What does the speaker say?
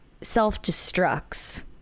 self-destructs